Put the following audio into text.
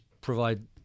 provide